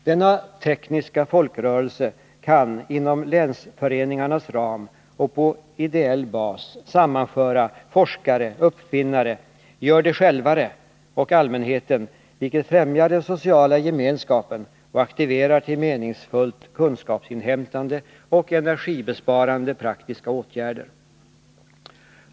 Denna ”tekniska folkrörelse” kan inom länsföreningarnas ram och på ideell bas sammanföra forskare, uppfinnare, ”gör-det-självare” och allmänheten, vilket främjar den sociala gemenskapen och aktiverar till meningsfullt kunskapsinhämtande och energisparande praktiska åtgärder.